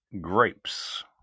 grapes